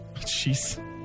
Jeez